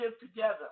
together